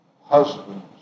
husbands